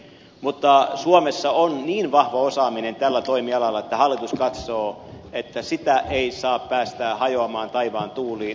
mutta suomessa on niin vahva osaaminen tällä toimialalla että hallitus katsoo että sitä ei saa päästää hajoamaan taivaan tuuliin